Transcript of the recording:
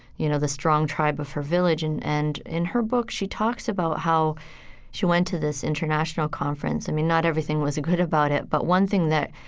you know, the strong tribe of her village. and and in her book, she talks about how she went to this international conference. i mean, not everything wasn't good about it. but one thing that,